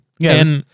Yes